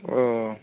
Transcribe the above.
ও